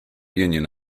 union